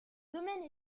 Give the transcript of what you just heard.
domaine